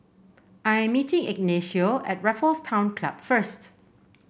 I'm meeting Ignacio at Raffles Town Club first